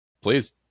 Please